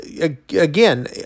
again